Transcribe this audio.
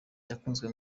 yakunzwe